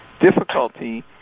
difficulty